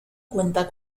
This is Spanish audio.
cuenta